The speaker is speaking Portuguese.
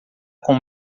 com